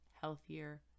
healthier